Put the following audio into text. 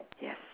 Yes